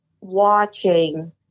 watching